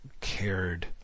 cared